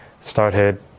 started